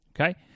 Okay